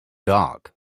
dark